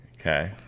Okay